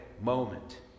moment